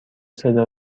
صدا